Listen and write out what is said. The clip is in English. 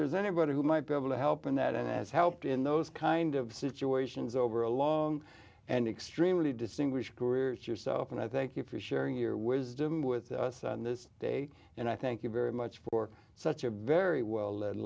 there's anybody who might be able to help in that and has helped in those kind of situations over a long and extremely distinguished careers yourself and i thank you for sharing your wisdom with us on this day and i thank you very much for such a very well